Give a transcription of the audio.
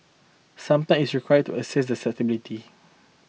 some time is required to assess their suitability